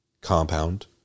compound